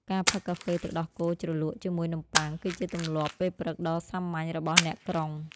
ការផឹកកាហ្វេទឹកដោះគោជ្រលក់ជាមួយនំបុ័ង គឺជាទម្លាប់ពេលព្រឹកដ៏សាមញ្ញរបស់អ្នកក្រុង។